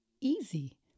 easy